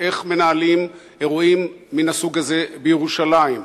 איך מנהלים אירועים מהסוג הזה בירושלים?